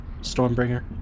Stormbringer